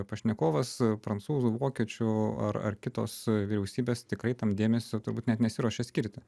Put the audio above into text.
pašnekovas prancūzų vokiečių ar ar kitos vyriausybės tikrai tam dėmesio turbūt net nesiruošia skirti